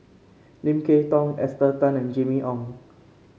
Lim Kay Tong Esther Tan and Jimmy Ong